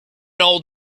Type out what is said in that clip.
old